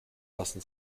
lassen